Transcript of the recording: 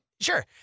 Sure